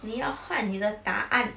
你要换你的答案